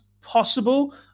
possible